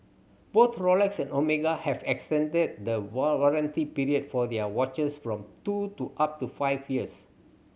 both Rolex and Omega have extended the warranty period for their watches from two to up to five years